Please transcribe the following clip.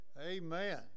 Amen